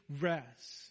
rest